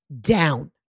down